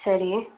ಸರಿ